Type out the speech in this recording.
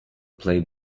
play